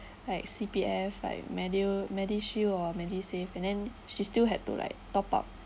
like C_P_F and medil~ medishield or medisave and then she still had to like top up